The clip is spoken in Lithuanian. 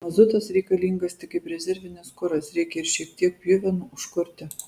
mazutas reikalingas tik kaip rezervinis kuras reikia ir šiek tiek pjuvenų užkurti